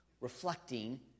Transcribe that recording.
reflecting